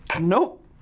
Nope